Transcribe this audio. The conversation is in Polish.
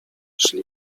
szli